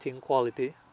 quality